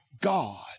God